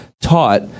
taught